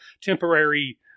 temporary